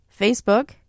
facebook